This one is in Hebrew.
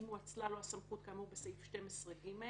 אם הואצלה לו הסמכות כאמור בסעיף 12(ג)